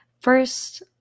first